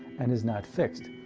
and is not fixed.